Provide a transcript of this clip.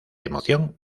emoción